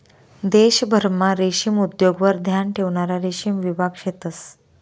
देशभरमा रेशीम उद्योगवर ध्यान ठेवणारा रेशीम विभाग शेतंस